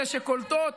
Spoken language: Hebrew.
אלה שקולטות,